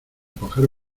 coger